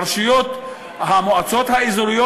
המועצות האזוריות,